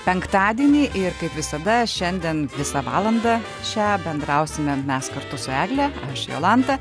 penktadienį ir kaip visada šiandien visą valandą šią bendrausime mes kartu su egle aš jolanta